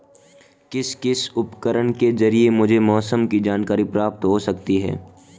किस किस उपकरण के ज़रिए मुझे मौसम की जानकारी प्राप्त हो सकती है?